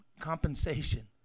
compensation